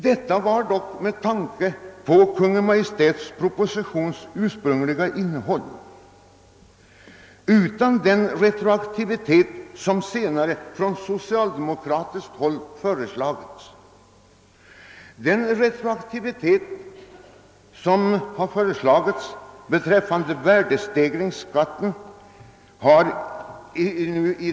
Detta ställningstagande byggde emellertid på den kungl. propositionens innehåll, där det inte förekommer någon sådan retroaktivitet som senare i en socialdemokratisk motion föreslagits beträffande värdestegringsskatten.